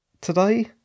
...today